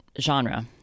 genre